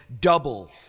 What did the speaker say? double